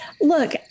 look